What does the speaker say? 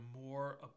more